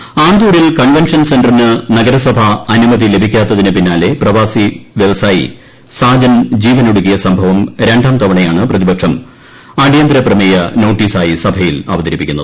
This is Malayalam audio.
നിയമസഭ വോയിസ് ആന്തൂരിൽ കൺവെൻഷൻ സെന്ററിന് നഗരസഭ അനുമതി ലഭിക്കാത്തതിനെ തുടർന്ന് പ്രവാസി വ്യവസായി സാജൻ ആത്മഹത്യ ചെയ്ത സംഭവം രണ്ടാം തവണയാണ് പ്രതിപക്ഷം അടിയന്തര പ്രമേയ നോട്ടീസായി സഭയിൽ അവതരിപ്പിക്കുന്നത്